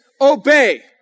obey